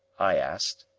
i asked.